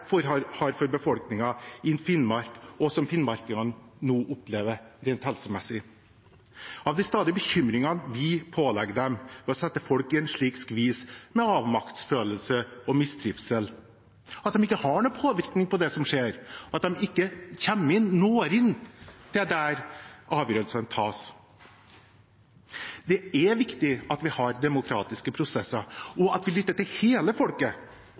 det har for befolkningen i Finnmark det finnmarkingene nå opplever rent helsemessig – av de stadige bekymringene vi pålegger dem ved å sette folk i en slik skvis, med avmaktsfølelse og mistrivsel, at de ikke har noen påvirkning på det som skjer, at de ikke når inn der avgjørelsene tas. Det er viktig at vi har demokratiske prosesser, og at vi lytter til hele folket.